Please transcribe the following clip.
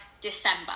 December